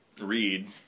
read